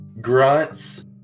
grunts